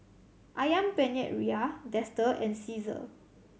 Ayam Penyet Ria Dester and Cesar